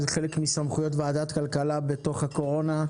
זה חלק מסמכויות ועדת הכלכלה בתוך הקורונה,